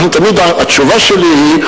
התשובה שלי היא,